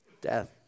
death